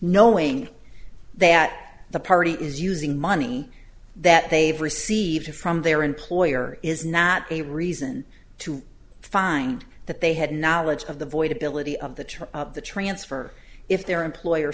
knowing that the party is using money that they've received from their employer is not a reason to find that they had knowledge of the void ability of the church of the transfer if their employer